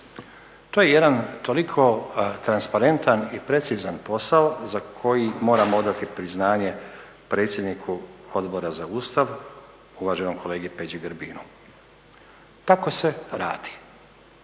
To je jedan toliko transparentan i precizan posao za koji moram odati priznanje predsjedniku Odbora za Ustav uvaženom kolegi Peđi Grbinu. Tako se radi